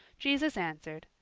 jesus answered,